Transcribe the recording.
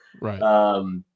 Right